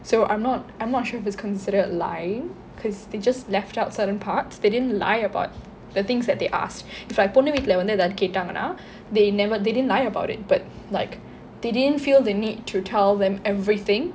so I'm not I'm not sure if is considered a lie cause they just left out certain parts they didn't lie about the things that they ask பொண்ணு வீட்டுலே ஏதாவது கேட்டாங்கன்னா:ponnu veettule yethaavathu kaettaanganna they never they didn't lie about it but like they didn't feel the need to tell them everything